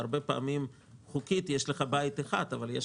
הרבה פעמים חוקית יש לך בית אחד אבל יש